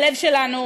הלב שלנו,